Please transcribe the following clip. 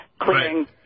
clearing